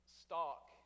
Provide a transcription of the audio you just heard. stock